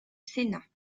sénat